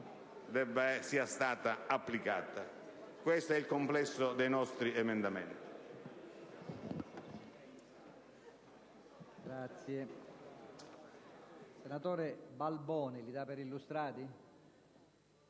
è stata applicata? Questo è il complesso dei nostri emendamenti.